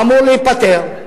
אמור להיפתר,